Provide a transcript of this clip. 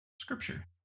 Scripture